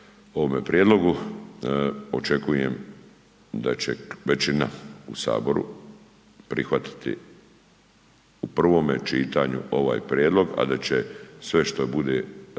očekujem da će većina u HS prihvatiti u prvome čitanju ovaj prijedlog, a da će sve što bude dato